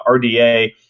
rda